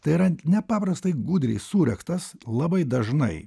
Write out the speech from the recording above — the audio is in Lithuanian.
tai yra nepaprastai gudriai suregztas labai dažnai